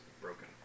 broken